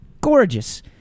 Gorgeous